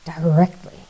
directly